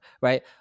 right